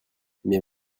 mes